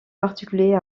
particulier